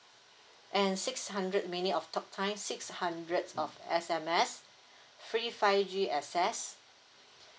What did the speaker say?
and six hundred minute of talk time six hundreds of S_M_S free five G access